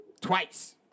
Twice